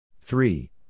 three